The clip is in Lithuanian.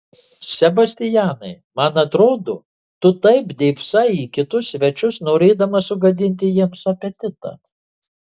sebastianai man atrodo tu taip dėbsai į kitus svečius norėdamas sugadinti jiems apetitą